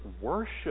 worship